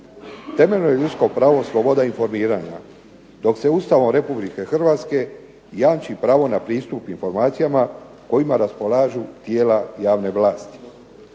Temeljno ljudsko pravo sloboda informiranja, dok se Ustavom Republike Hrvatske jamči pravo na pristup informacijama kojima raspolažu tijela javne vlasti.